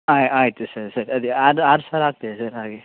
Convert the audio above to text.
ಆ ಆಯಿತು ಸರ್ ಸರಿ ಅದು ಆರು ಸಾವಿರ ಆಗ್ತದೆ ಸರ್ ಹಾಗೆ